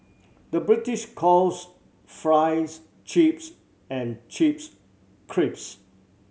the British calls fries chips and chips crisps